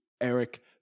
Eric